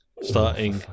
Starting